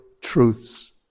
Truths